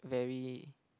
very